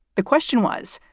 the question was,